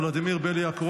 ולדימיר בליאק,